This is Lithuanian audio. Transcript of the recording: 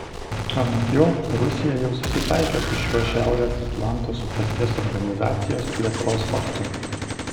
anot jo rusija jau susitaikė su šiuo šiaurės atlanto sutarties organizacijos plėtros faktu